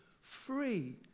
free